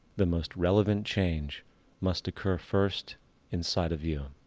the most relevant change must occur first inside of you.